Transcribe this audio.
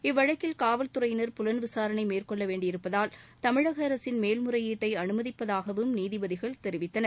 இவ்வழக்கில் காவல் துறையினர் புலன் விசாரணை மேற்கொள்ள வேண்டியிருப்பதால் தமிழக அரசின் மேல் முறையீட்டை அனுமதிப்பதாகவும் நீதிபதிகள் தெரிவித்தனர்